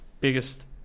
biggest